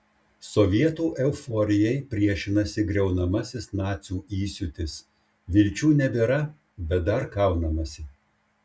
sovietų euforijai priešinasi griaunamasis nacių įsiūtis vilčių nebėra bet dar kaunamasi